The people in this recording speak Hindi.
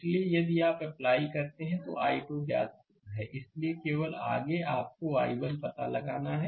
इसलिए यदि आप अप्लाई करते हैं तो i2 ज्ञात है इसलिए केवल आगे आपको i1 का पता लगाना है